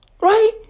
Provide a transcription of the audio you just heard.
Right